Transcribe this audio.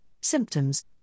symptoms